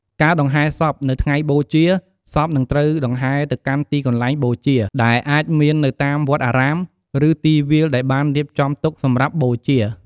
ការដង្ហែសព នៅថ្ងៃបូជា សពនឹងត្រូវដង្ហែទៅកាន់ទីកន្លែងបូជា ដែលអាចមាននៅតាមវត្តអារាម ឬទីវាលដែលបានរៀបចំទុកសម្រាប់បូជា។